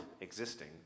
existing